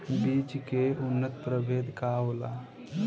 बीज के उन्नत प्रभेद का होला?